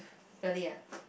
really ah